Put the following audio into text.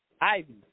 Ivy